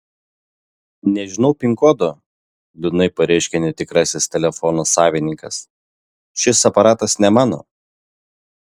nežinau pin kodo liūdnai pareiškia netikrasis telefono savininkas šis aparatas ne mano